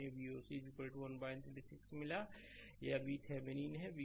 slide समय देखें 3148 तो हमें Voc 136 वोल्ट मिला यह VThevenin है